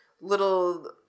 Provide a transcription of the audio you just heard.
little